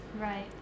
Right